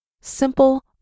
simple